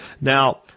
Now